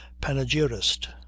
panegyrist